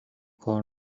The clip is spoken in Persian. کار